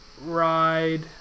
ride